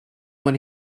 when